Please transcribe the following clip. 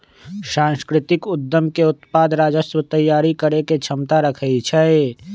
सांस्कृतिक उद्यम के उत्पाद राजस्व तइयारी करेके क्षमता रखइ छै